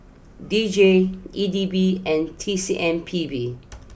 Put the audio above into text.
D J E D B and T C M P B